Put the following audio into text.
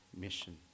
mission